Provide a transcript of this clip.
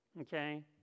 okay